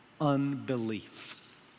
unbelief